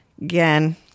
again